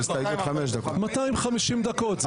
250 דקות.